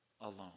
alone